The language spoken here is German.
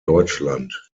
deutschland